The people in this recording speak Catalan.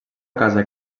casa